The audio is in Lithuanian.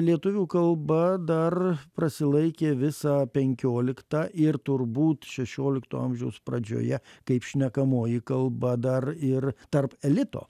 lietuvių kalba dar prasilaikė visą penkioliktą ir turbūt šešiolikto amžiaus pradžioje kaip šnekamoji kalba dar ir tarp elito